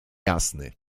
jasny